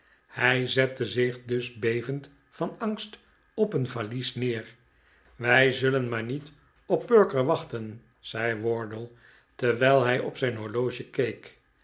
hij zette zich dus bevend van angst op een valies neer wij zullen maar niet op perker wachten zei wardle terwijl hij op zijn horloge